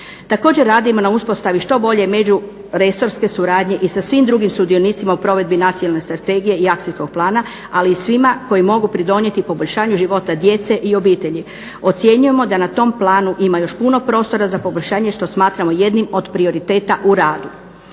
Također, radimo na uspostavi što bolje međuresorske suradnje i sa svim drugim sudionicima u provedbi nacionalne strategije i akcijskog plana, ali i svima koji mogu pridonijeti poboljšanju života djece i obitelji. Ocjenjujemo da na tom planu ima još puno prostora za poboljšanje što smatramo jednim od prioriteta u radu.